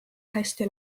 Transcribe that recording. hästi